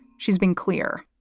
she's been clear.